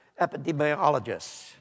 epidemiologists